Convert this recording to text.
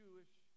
Jewish